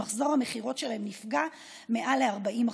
שמחזור המכירות שלהם נפגע מעל ל-40%,